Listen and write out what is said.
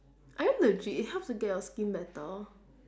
I mean legit it helps to get your skin better